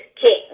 king